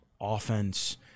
offense